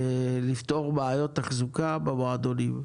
לפתור בעיות תחזוקה במועדונים.